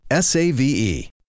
SAVE